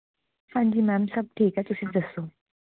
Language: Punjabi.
ਹਾਂਜੀ ਮੈਮ ਸਭ ਠੀਕ ਹੈ ਤੁਸੀਂ ਦੱਸੋ